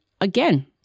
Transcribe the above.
again